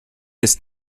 ist